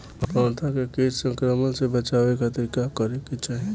पौधा के कीट संक्रमण से बचावे खातिर का करे के चाहीं?